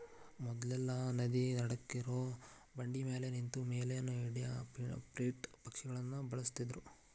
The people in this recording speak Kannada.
ಮೊದ್ಲೆಲ್ಲಾ ನದಿ ನಡಕ್ಕಿರೋ ಬಂಡಿಮ್ಯಾಲೆ ನಿಂತು ಮೇನಾ ಹಿಡ್ಯಾಕ ಫ್ರಿಗೇಟ್ ಪಕ್ಷಿಗಳನ್ನ ಬಳಸ್ತಿದ್ರು